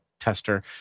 tester